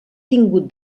tingut